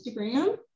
Instagram